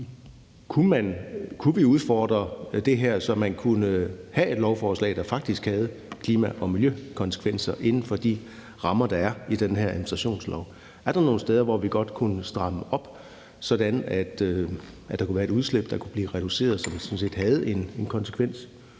Kunne vi udfordre det, så man kunne have et lovforslag, der faktisk havde klima- og miljøkonsekvenser inden for de rammer, der er i den her administrationslov? Er der nogle steder, hvor vi godt kunne stramme op, sådan at der kunne være et udslip, der kunne blive reduceret, så det sådan set havde en konsekvens?